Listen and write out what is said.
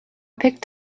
picked